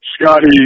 Scotty